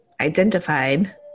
identified